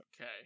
Okay